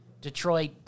Detroit